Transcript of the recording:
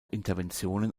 interventionen